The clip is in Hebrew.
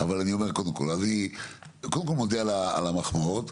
קודם כל, אני מודה על המחמאות.